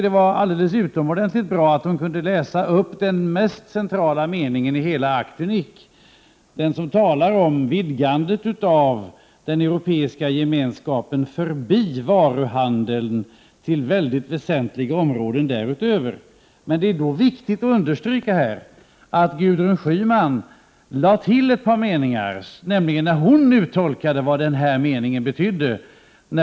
Det var alldeles utomordentligt bra att hon kunde läsa upp den mest centrala meningen i hela Acte Unique, den som redogör för vidgandet av den europeiska gemenskapen förbi varuhandeln till mycket väsentliga områden därutöver. Men det är då viktigt att understryka att Gudrun Schyman lade till ett par meningar när hon gjorde sin uttolkning.